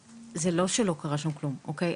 זה לא שלא קרה שם כלום, אוקיי?